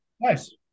Nice